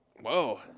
Whoa